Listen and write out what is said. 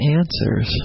answers